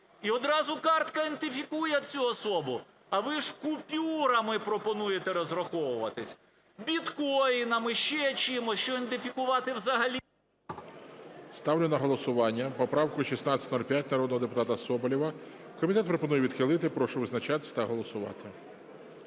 І одразу картка ідентифікує цю особу. А ви ж купюрами пропонуєте розраховуватись, біткоїнами, ще чимось, що ідентифікувати взагалі… ГОЛОВУЮЧИЙ. Ставлю на голосування поправку 1605 народного депутата Соболєва. Комітет пропонує відхилити. Прошу визначатись та голосувати.